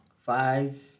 five